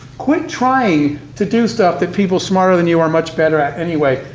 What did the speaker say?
quit trying to do stuff that people smarter than you are much better at anyway.